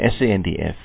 SANDF